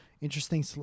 Interesting